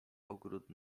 ogród